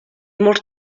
molts